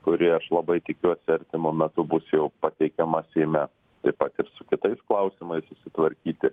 kuri aš labai tikiuosi artimu metu bus jau pateikiama seime taip pat ir su kitais klausimais susitvarkyti